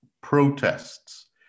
protests